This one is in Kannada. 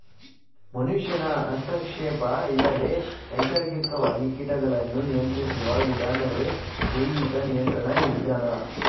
ಮನುಷ್ಯನ ಹಸ್ತಕ್ಷೇಪ ಇಲ್ಲದೆ ನೈಸರ್ಗಿಕವಾಗಿ ಕೀಟಗಳನ್ನು ನಿಯಂತ್ರಿಸುವ ವಿಧಾನವೇ ಜೈವಿಕ ನಿಯಂತ್ರಣ ವಿಧಾನ